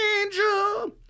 Angel